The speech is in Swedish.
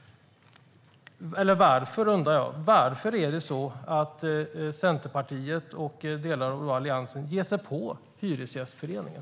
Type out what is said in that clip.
Varför ger sig Centerpartiet och delar av Alliansen på Hyresgästföreningen?